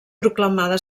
proclamada